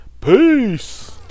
peace